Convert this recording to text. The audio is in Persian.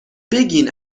بگین